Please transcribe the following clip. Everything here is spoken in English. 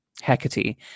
Hecate